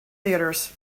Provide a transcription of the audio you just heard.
theatres